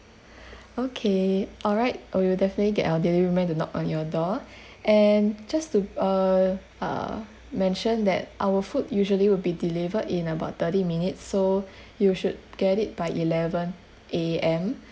okay all right oh we'll definitely get our delivery man to knock on your door and just to uh uh mention that our food usually will be delivered in about thirty minutes so you should get it by eleven A_M